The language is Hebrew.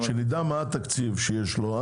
כשנדע מה התקציב שיש לו,